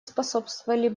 способствовали